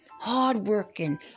Hardworking